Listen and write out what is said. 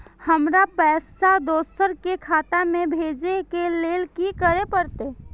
हमरा पैसा दोसर के खाता में भेजे के लेल की करे परते?